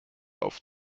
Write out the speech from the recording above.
auf